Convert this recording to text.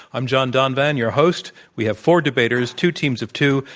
i'm john donvan, your host. we have four debaters, two teams of two,